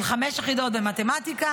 של 5 יחידות במתמטיקה,